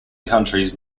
countries